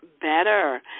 better